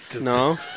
No